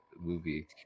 movie